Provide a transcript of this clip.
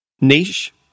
niche